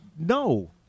No